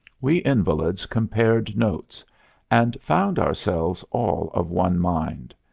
we invalids compared notes and found ourselves all of one mind.